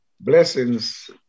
blessings